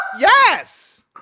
Yes